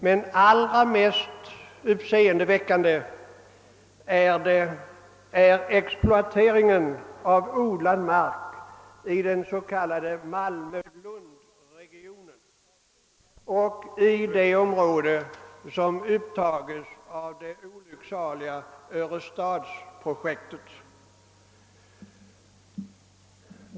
Men allra mest uppseendeväckande är exploateringen av odlad mark i den s.k. Malmö Lundregionen och i det område som upptas av det olycksaliga Örestadsprojektet.